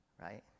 right